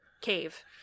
cave